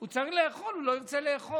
הוא צריך לאכול, הוא לא ירצה לאכול